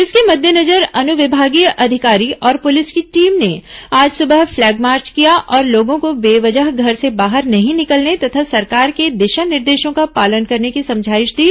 इसके मद्देनजर अनुविभागीय अधिकारी और पुलिस की टीम ने आज सुबह फ्लैग मार्च किया और लोगों को बेवजह घर से बाहर नहीं निकलने तथा सरकार के दिशा निर्देशों का पालन करने की समझाइश दी